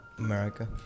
America